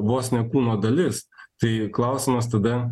vos ne kūno dalis tai klausimas tada